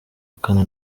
kane